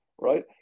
right